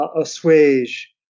assuage